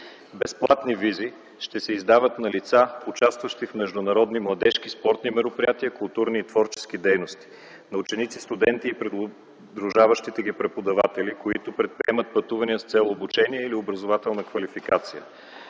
Безплатни визи ще се издават на лица, участващи в международни младежки спортни мероприятия, културни и творчески дейности, на ученици, студенти и придружаващите ги преподаватели, които предприемат пътувания с цел обучение или образователна квалификация;